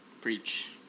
Preach